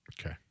Okay